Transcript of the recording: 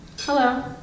Hello